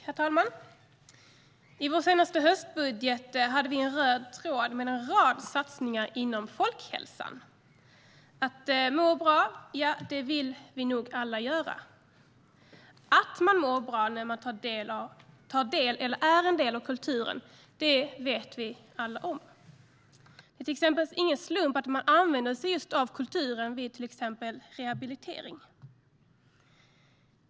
Herr talman! I vår senaste höstbudget hade vi en röd tråd med en rad satsningar inom folkhälsan. Må bra vill vi nog alla göra. Att man mår bra när man tar del av eller är en del av kulturen vet vi alla om. Det är ingen slump att man använder sig av just kulturen vid till exempel rehabilitering.